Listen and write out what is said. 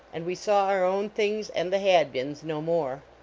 and we saw our own things and the hadbins no more.